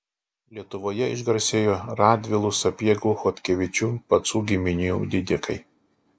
lietuvoje išgarsėjo radvilų sapiegų chodkevičių pacų giminių didikai